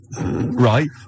Right